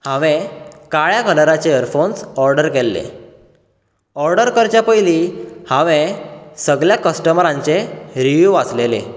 हांवें काळ्या कलराचे यरफोन्स ऑर्डर केल्ले ऑर्डर करच्या पयली हांवें सगल्या कस्टमरांचे रिव्यू वाचलेले